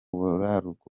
buraruko